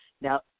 Now